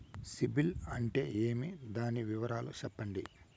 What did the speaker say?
సిబిల్ అంటే ఏమి? దాని వివరాలు సెప్పండి?